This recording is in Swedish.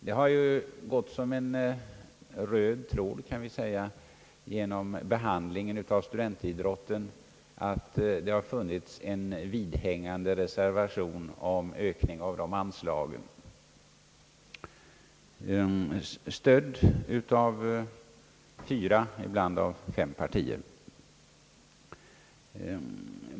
Det har gått som en röd tråd, kan vi säga, genom riksdagens behandling av studentidrotten att det har funnits en vidhängande reservation om ökning av de föreslagna anslagen, stödd av fyra, ibland fem partier.